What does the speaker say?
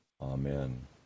amen